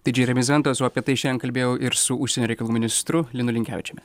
tai džeremis hantas o apie tai šian kalbėjau ir su užsienio reikalų ministru linu linkevičiumi